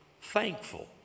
thankful